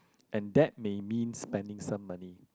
and that may means spending some money